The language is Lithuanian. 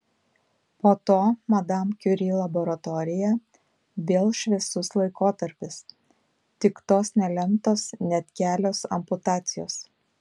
po to madam kiuri laboratorija vėl šviesus laikotarpis tik tos nelemtos net kelios amputacijos